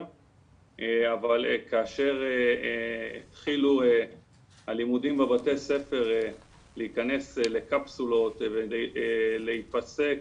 אבל כאשר התחילו הלימודים בבתי הספר להכנס לקפסולות ולהיפסק